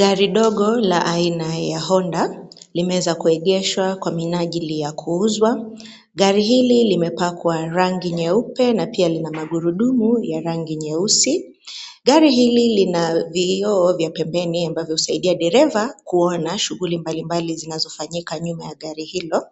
Gari dogo la aina ya Honda, limeweza kuegeshwa kwa minajili ya kuuzwa, gari hili limepakwa rangi nyeupe na pia lina magurudumu ya rangi nyeusi, gari hili lina vioo vya pembeni ambavyo husaidia dereva kuona shughuli mbalimbali zinazofanyika nyuma ya gari hilo,